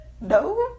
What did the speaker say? No